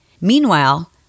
Meanwhile